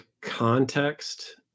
context